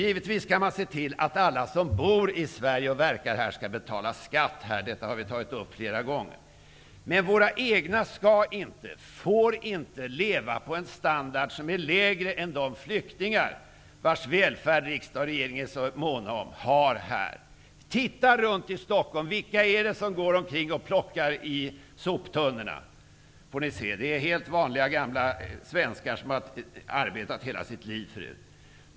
Givetvis skall man se till att alla som bor och verkar i Sverige skall betala skatt. Detta har vi tagit upp flera gånger. Men våra egna medborgare får inte leva på en standard som är lägre än den som flyktingar, vars välfärd riksdag och regering är så måna om, har här. Det är helt vanliga gamla svenskar som har arbetat i hela sitt liv.